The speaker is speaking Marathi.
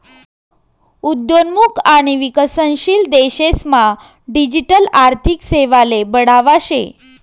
उद्योन्मुख आणि विकसनशील देशेस मा डिजिटल आर्थिक सेवाले बढावा शे